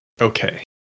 Okay